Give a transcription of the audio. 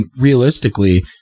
realistically